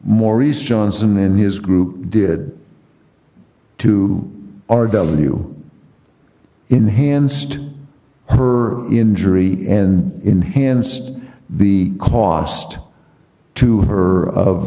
maurice johnson and his group did to r w enhanced her injury enhanced the cost to her of